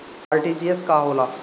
RTGS का होला?